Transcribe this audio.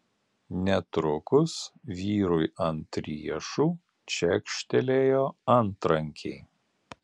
netrukus vyrui ant riešų čekštelėjo antrankiai